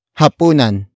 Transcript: hapunan